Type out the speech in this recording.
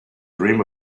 dream